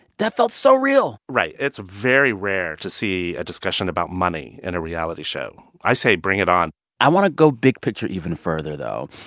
that felt so real right. it's very rare to see a discussion about money in a reality show. i say bring it on i want to go big picture even further, though.